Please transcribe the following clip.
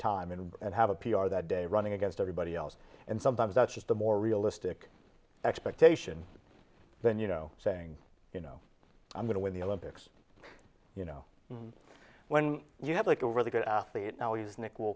time and have a p r that day running against everybody else and sometimes that's just a more realistic expectation than you know saying you know i'm going to win the olympics you know when you have like a really good athlete now